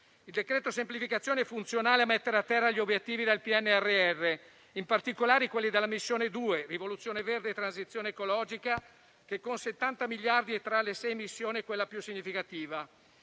Il decreto semplificazioni è funzionale a mettere a terra gli obiettivi del PNRR, in particolare quelli della missione 2, «Rivoluzione verde e transizione ecologica», che con 70 miliardi è tra le sei missioni quella più significativa.